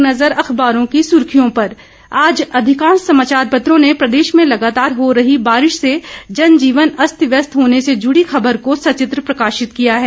एक नज़र अखबारों की सुर्खियों पर आज अधिकांश समाचार पत्रों ने प्रदेश में लगातार हो रही बारिश से जनजीवन अस्त व्यस्त होने जुड़ी खबर को सचित्र प्रकाशित किया है